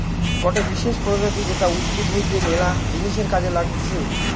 গটে বিশেষ প্রজাতি যেটা উদ্ভিদ হইতে ম্যালা জিনিসের কাজে লাগতিছে